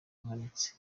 buhanitse